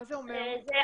מה זה אומר